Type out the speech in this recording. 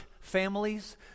families